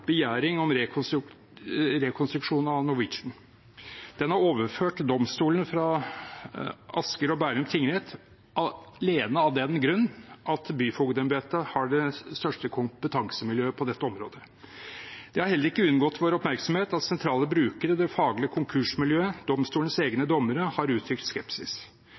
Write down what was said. begjæring om rekonstruksjon av Norwegian. Den er overført domstolen fra Asker og Bærum tingrett alene av den grunn at byfogdembetet har det største kompetansemiljøet på dette området. Det har heller ikke unngått vår oppmerksomhet at sentrale brukere, det faglige konkursmiljøet og domstolens egne dommere har uttrykt skepsis.